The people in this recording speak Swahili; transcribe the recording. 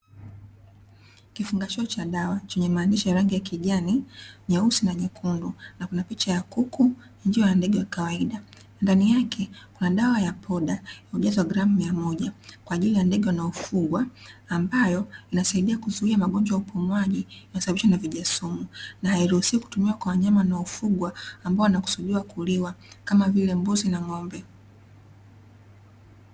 Kifungashio cha dawa chenye maandishi ya rangi ya kijani, nyeusi na nyekundu na kuna picha ya kuku, njiwa na ndege wa kawaida ndani yake kuna dawa ya poda hujazwa gram mia moja kwa ajili ya ndege wanaofugwa ambayo inasaidia kuzuia magonjwa ya upumuaji yanayo sababishwa na vijasumu na hairuhusiwi kutumiwa kwa ndege wanaofugwa ambao wanaruhusiwa kuliwa kama vile mbuzi na ng'ombe.